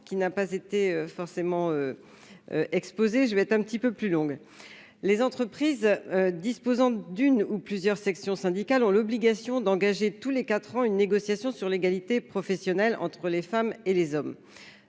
qui n'a pas été forcément exposé, je vais être un petit peu plus longue, les entreprises disposant d'une ou plusieurs sections syndicales ont l'obligation d'engager tous les 4 ans, une négociation sur l'égalité professionnelle entre les femmes et les hommes,